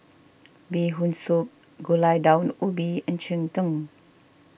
Bee Hoon Soup Gulai Daun Ubi and Cheng Tng